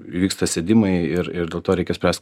vyksta sėdimai ir ir dėl to reikia spręst